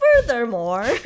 Furthermore